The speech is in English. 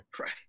Right